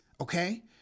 okay